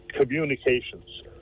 communications